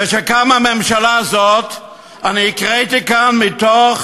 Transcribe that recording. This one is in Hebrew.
כשקמה הממשלה הזאת אני הקראתי כאן מתוך